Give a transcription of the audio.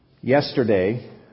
Yesterday